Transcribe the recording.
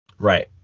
Right